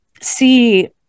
see